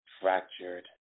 fractured